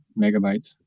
megabytes